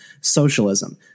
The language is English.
socialism